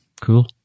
cool